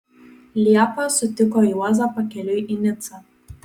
liepą sutiko juozą pakeliui į nicą